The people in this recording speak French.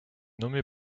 nommé